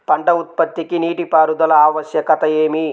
పంట ఉత్పత్తికి నీటిపారుదల ఆవశ్యకత ఏమి?